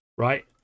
Right